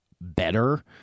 better